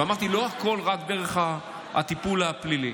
ואמרתי: לא הכול רק דרך הטיפול הפלילי.